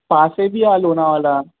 पासे बि आहे लोनावला